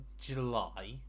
July